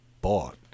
bought